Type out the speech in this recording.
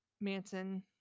Manson